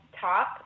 top